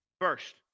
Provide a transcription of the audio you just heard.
First